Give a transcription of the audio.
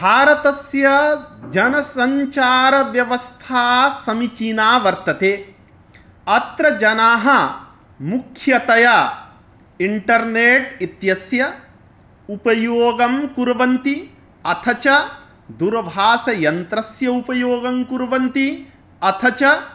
भारतस्य जनसञ्चारव्यवस्था समीचीना वर्तते अत्र जनाः मुख्यतया इण्टरनेट् इत्यस्य उपयोगं कुर्वन्ति अथ च दूरभाषायन्त्रस्य उपयोगं कुर्वन्ति अथ च